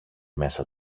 μέσα